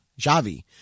Javi